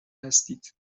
هستید